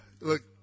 Look